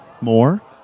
More